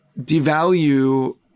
devalue